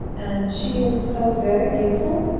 and she is so very beautiful?